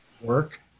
work